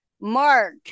mark